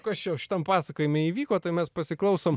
kas čia jau šitam pasakojime įvyko tai mes pasiklausom